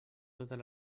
totes